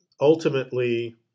ultimately